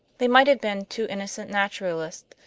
they might have been two innocent naturalists,